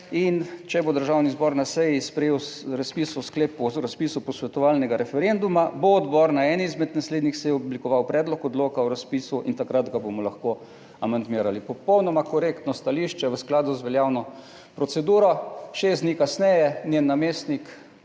in če bo Državni zbor na seji sprejel razpisov sklep o razpisu posvetovalnega referenduma, bo odbor na eni izmed naslednjih sej oblikoval predlog odloka o razpisu in takrat ga bomo lahko amandmirali. Popolnoma korektno stališče v skladu z veljavno proceduro, šest dni kasneje njen namestnik